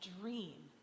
dream